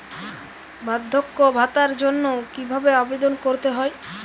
বার্ধক্য ভাতার জন্য কিভাবে আবেদন করতে হয়?